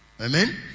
Amen